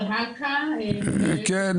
כן,